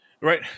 right